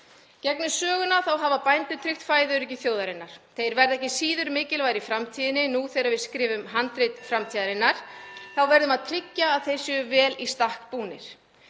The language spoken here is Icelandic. gegnum söguna hafa bændur tryggt fæðuöryggi þjóðarinnar. Þeir verða ekki síður mikilvægir í framtíðinni. Nú þegar við skrifum handrit framtíðarinnar verðum við að tryggja að þeir séu vel í stakk búnir.